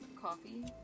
coffee